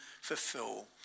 fulfill